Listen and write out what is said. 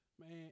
Man